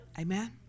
Amen